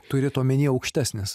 turit omeny aukštesnis